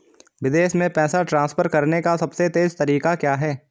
विदेश में पैसा ट्रांसफर करने का सबसे तेज़ तरीका क्या है?